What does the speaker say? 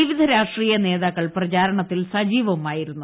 വിവിധ രാഷ്ട്രീയ നേതാക്കൾ പ്രചാരണത്തിൽ സജീവമായിരുന്നു